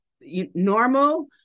normal